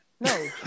No